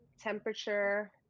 temperature